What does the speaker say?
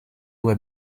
were